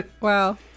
wow